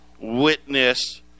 witness